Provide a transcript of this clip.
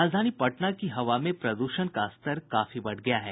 राजधानी पटना की हवा में प्रद्रषण का स्तर काफी बढ़ गया है